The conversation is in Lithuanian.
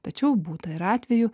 tačiau būta ir atvejų